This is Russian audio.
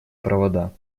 провода